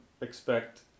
expect